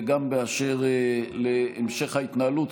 וגם באשר להמשך ההתנהלות,